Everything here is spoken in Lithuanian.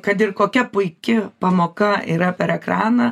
kad ir kokia puiki pamoka yra per ekraną